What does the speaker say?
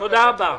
תודה רבה.